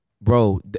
bro